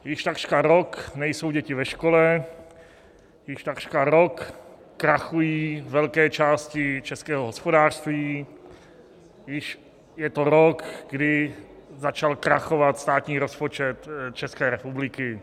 Již takřka rok nejsou děti ve škole, již takřka rok krachují velké části českého hospodářství, již je to rok, kdy začal krachovat státní rozpočet České republiky.